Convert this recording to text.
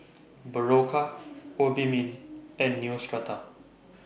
Berocca Obimin and Neostrata